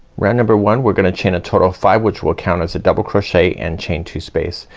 round number one we're gonna chain a total of five which will count as a double crochet and chain two space.